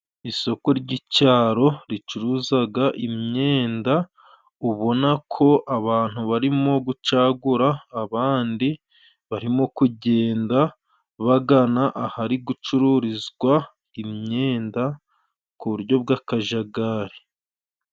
Isoko ry'icaro ricuruzaga imyenda, ubona ko abantu barimo gucagura, abandi barimo kugenda bagana ahari gucururizwa imyenda, ku buryo bw'akajagari.